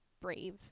brave